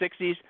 60s